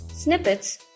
snippets